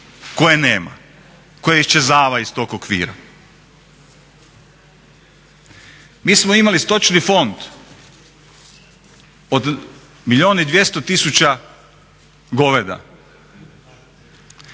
koje nema, koja iščezava iz tog okvira. Mi smo imali stočni fond od milijun i 200 tisuća goveda.